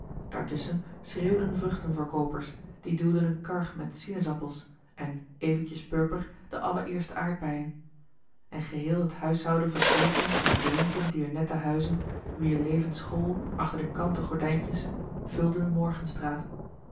daartusschen schreeuwden vruchtenverkoopers die duwden een kar met sinas appels en eventjes purper de allereerste aardbeien en geheel het huishouden van eten louis couperus de boeken der kleine zielen en drinken dier nette huizen wier leven school achter de kanten gordijntjes vulde de